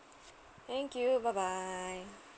thank you bye bye